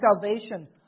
salvation